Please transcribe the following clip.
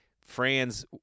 Fran's